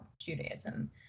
Judaism